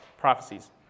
prophecies